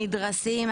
נדרסים.